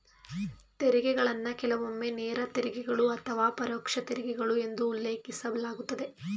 ತೆರಿಗೆಗಳನ್ನ ಕೆಲವೊಮ್ಮೆ ನೇರ ತೆರಿಗೆಗಳು ಅಥವಾ ಪರೋಕ್ಷ ತೆರಿಗೆಗಳು ಎಂದು ಉಲ್ಲೇಖಿಸಲಾಗುತ್ತದೆ